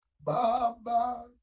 Baba